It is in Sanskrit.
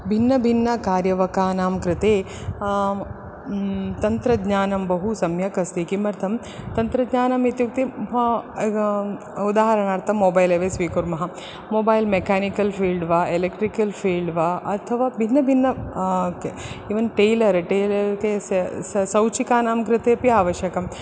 भिन्नभिन्नकार्यवकानां कृते तन्त्रज्ञानं बहु सम्यक् अस्ति किमर्थं तन्त्रज्ञानम् इत्युक्ते उदाहरणार्थं मोबैल् एव स्वीकुर्मः मोबैल् मेकानिकल् फ़ील्ड् वा एलेक्ट्रिकल् फ़ील्ड् वा अथवा भिन्नभिन्न एवं टेलर् टेलर् इते स स सौचिकानां कृते अपि आवश्यकम्